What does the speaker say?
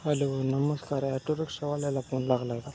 hello नमस्कार टोरिक ऑवालेला फोन लागलाय का